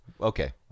Okay